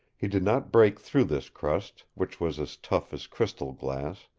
he did not break through this crust, which was as tough as crystal-glass,